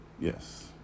Yes